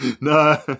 No